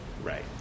Right